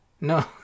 No